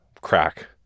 crack